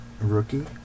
rookie